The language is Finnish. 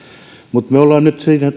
mutta me olemme nyt siinä